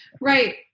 Right